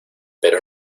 pero